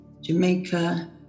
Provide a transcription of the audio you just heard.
Jamaica